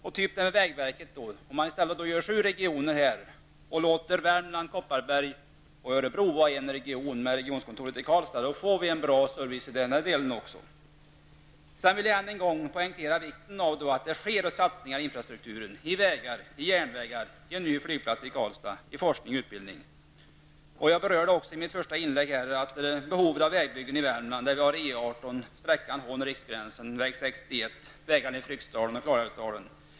Om man när det gäller vägverket i stället har sju regioner och låter Värmland, Kopparberg och Örebro vara en region med regionkontor i Karlstad, så får vi en bra service i den delen av landet också. Jag vill än en gång poängtera vikten av att det sker satsningar i infrastruktur -- vägar, järnvägar, en ny flygplats i Karlstad, forskning och utbildning. Jag berörde också i mitt första inlägg behovet av vägbyggen i Värmland. Det gäller E 18 på sträckan Hån--Riksgränsen, väg 61 och vägarna i Fryksdalen och Dalälvsdalen.